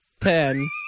ten